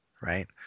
right